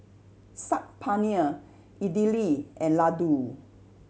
Saag Paneer Idili and Ladoo